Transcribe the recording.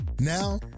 now